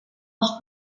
els